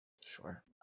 Sure